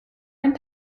and